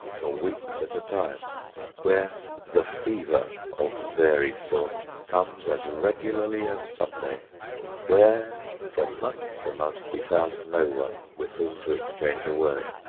for weeks at a time where the fever, of varied sort, comes as regularly as sunday where from month to month he found no one with whom to exchange a word.